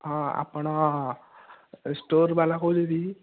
ହଁ ଆପଣ ଷ୍ଟୋର୍ ବାଲା କହୁଛନ୍ତି କି